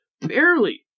barely